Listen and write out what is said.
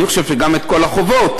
אני חושב שגם את כל החובות,